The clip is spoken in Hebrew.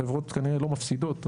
חברות כנראה לא מפסידות,